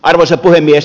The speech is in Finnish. arvoisa puhemies